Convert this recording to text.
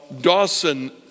Dawson